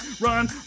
run